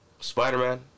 Spider-Man